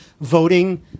voting